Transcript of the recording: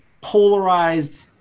polarized